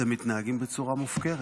אתם מתנהגים בצורה מופקרת.